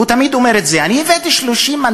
והוא תמיד אומר את זה: אני הבאתי 30 מנדטים,